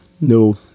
No